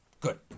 Good